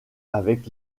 avec